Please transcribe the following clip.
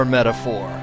Metaphor